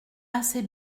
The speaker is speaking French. assez